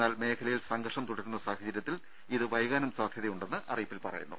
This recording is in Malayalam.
എന്നാൽ മേഖലയിൽ സംഘർഷം തുടരുന്ന സാഹചര്യത്തിൽ ഇത് വൈകാനും സാധ്യതയുണ്ടെന്ന് അറിയിപ്പിൽ പറയുന്നു